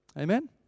Amen